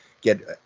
get